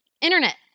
internet